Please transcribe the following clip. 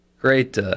Great